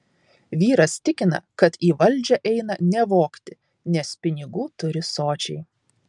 vyras tikina kad į valdžią eina ne vogti nes pinigų turi sočiai